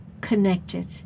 connected